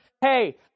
Hey